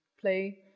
play